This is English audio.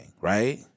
right